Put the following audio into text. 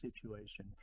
situation